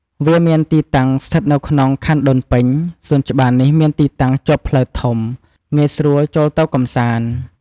វាមានទីតាំងស្ថិតនៅក្នុងខណ្ឌដូនពេញ សួនច្បារនេះមានទីតាំងជាប់ផ្លូវធំ ងាយស្រួលចូលទៅកម្សាន្ត។